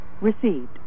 received